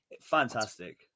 fantastic